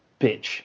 bitch